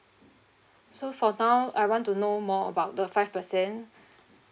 so for now I want to know more about the five percent